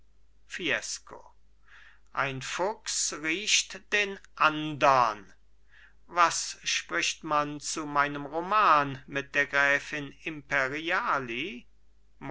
fiesco ein fuchs riecht den andern was spricht man zu meinem roman mit der gräfin